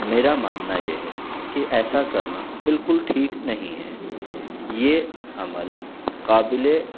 میرا ماننا یہ ہے کہ ایسا کرنا بالکل ٹھیک نہیں ہے یہ عمل قابل